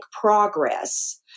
progress